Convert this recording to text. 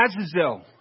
Azazel